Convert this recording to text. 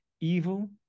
evil